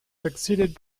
succeeded